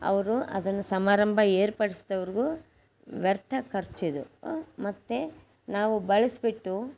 ಅವರು ಅದನ್ನು ಸಮಾರಂಭ ಏರ್ಪಡ್ಸಿದವ್ರ್ಗೂ ವ್ಯರ್ಥ ಖರ್ಚಿದು ಮತ್ತು ನಾವು ಬಳಸ್ಬಿಟ್ಟು